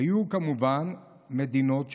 היו כמובן מדינות שנמנעו,